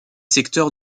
secteurs